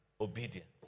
Obedience